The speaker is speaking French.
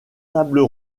tables